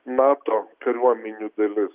nato kariuomenių dalis